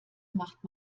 macht